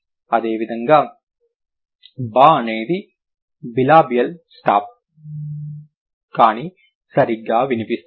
అదేవిధంగా బ అనేది బిలబియల్ స్టాప్ కానీ సరిగ్గా వినిపిస్తుంది